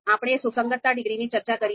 આપણે સુસંગતતા ડિગ્રીની ચર્ચા કરી છે